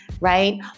right